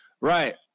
Right